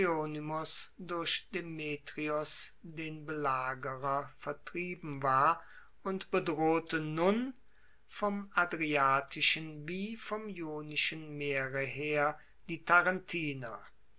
den belagerer vertrieben war und bedrohte nun vom adriatischen wie vom ionischen meere her die tarentiner